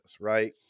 right